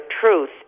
truth